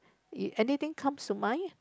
anything comes to mind